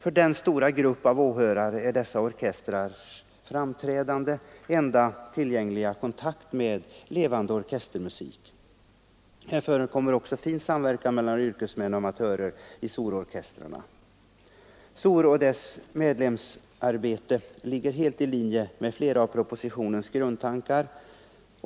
För denna stora grupp av åhörare är dessa orkestrars framträdande den enda tillgängliga kontakten med levande orkestermusik. Här förekommer också fin samverkan mellan yrkesmän och amatörer i SOR-orkestrarna. SOR och dess medlemsarbete ligger helt i linje med flera av propositionens grundtankar.